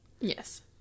Yes